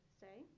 say